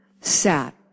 sat